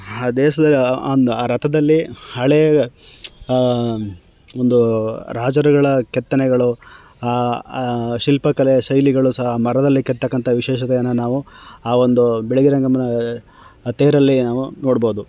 ಹಾ ದೇಶ್ದಲ್ಲಿ ಒಂದು ಆ ರಥದಲ್ಲಿ ಹಳೆಯ ಒಂದು ರಾಜರುಗಳ ಕೆತ್ತನೆಗಳು ಆ ಆ ಶಿಲ್ಪಕಲೆಯ ಶೈಲಿಗಳು ಸಹ ಮರದಲ್ಲಿ ಕೆತ್ತಕ್ಕಂಥ ವಿಶೇಷತೆಯನ್ನು ನಾವು ಆ ಒಂದು ಬಿಳಿಗಿರಿ ರಂಗನ ಥೇರಲ್ಲಿ ನಾವು ನೋಡ್ಬೋದು